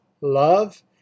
love